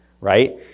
right